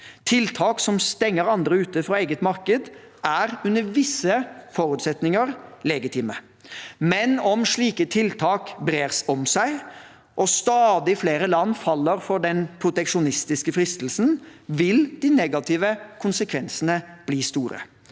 Tiltak som stenger andre ute fra eget marked, er under visse forutsetninger legitime. Men om slike tiltak brer seg og stadig flere land faller for den proteksjonistiske fristelsen, vil de negative konsekvensene bli store.